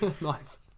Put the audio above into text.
Nice